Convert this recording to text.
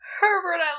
Herbert